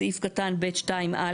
סעיף קטן (ב)(2)(א).